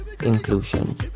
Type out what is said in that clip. inclusion